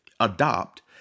adopt